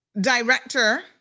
director